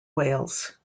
wales